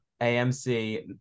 amc